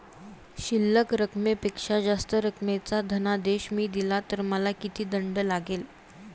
शिल्लक रकमेपेक्षा जास्त रकमेचा धनादेश मी दिला तर मला किती दंड लागेल?